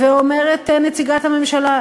ואומרת נציגת הממשלה,